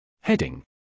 Heading